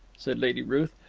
said lady ruth.